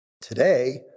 Today